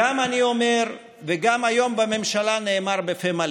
גם אני אומר וגם היום בממשלה נאמר בפה מלא: